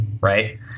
right